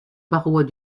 parois